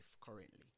currently